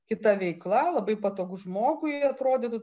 kita veikla labai patogu žmogui atrodytų